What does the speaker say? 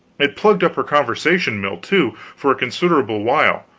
it plugged up her conversation mill, too, for a considerable while,